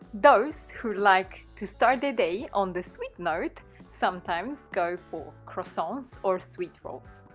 those who like to start the day on the sweet note sometimes go for croissants or sweet rolls.